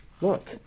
Look